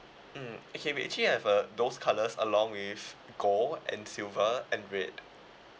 mm okay we actually have a those colours along with gold and silver and red